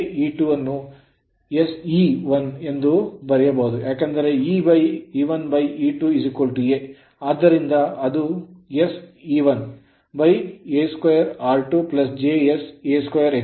saE2 ಅನ್ನು sE1 ಎಂದು ಬರೆಯಬಹುದು ಏಕೆಂದರೆ E 1 E2 a ಆದ್ದರಿಂದ ಅದು SE1 a2r2 jsa2X 2